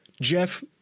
Jeff